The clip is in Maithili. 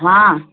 हँ